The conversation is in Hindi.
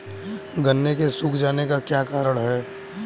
गन्ने के सूख जाने का क्या कारण है?